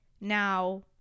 now